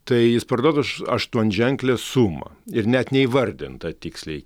tai jis parduotas už aštuonženklę sumą ir net neįvardinta tiksliai